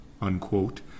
Unquote